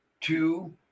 two